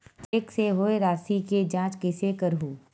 Cheque से होए राशि के जांच कइसे करहु?